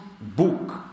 book